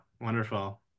wonderful